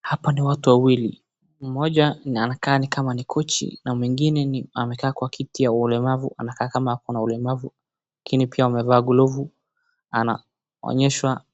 Hapa ni watu wawili mmoja anaonekana ni coach na mwingine amekaa kwa kiti ya ulemavu anakaa nikama ako na ulemavu lakini pia amevaa glovu anaonyeshwa